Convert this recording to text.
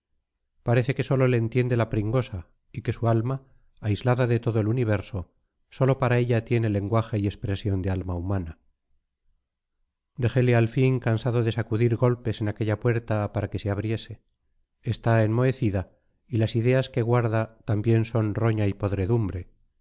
parece que sólo le entiende la pringosa y que su alma aislada de todo el universo sólo para ella tiene lenguaje y expresión de alma humana dejele al fin cansado de sacudir golpes en aquella puerta para que se abriese está enmohecida y las ideas que guarda también son roña y podredumbre